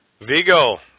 vigo